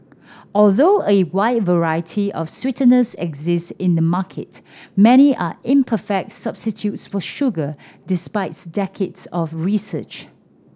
although a wide variety of sweeteners exist in the market many are imperfect substitutes for sugar despite decades of research